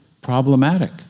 problematic